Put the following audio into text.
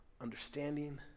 understanding